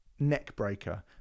Neckbreaker